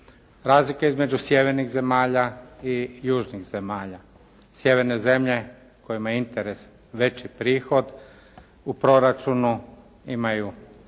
Razlika između sjevernih zemalja i južnih zemalja. Sjeverne zemlje kojima je interes veći prihod u proračunu imaju